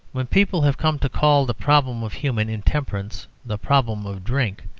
when people have come to call the problem of human intemperance the problem of drink,